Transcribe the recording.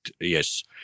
yes